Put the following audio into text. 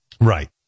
Right